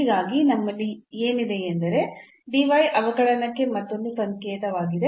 ಹೀಗಾಗಿ ನಮ್ಮಲ್ಲಿ ಏನಿದೆಯೆಂದರೆ dy ಅವಕಲನಕ್ಕೆ ಮತ್ತೊಂದು ಸಂಕೇತವಾಗಿದೆ